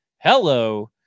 Hello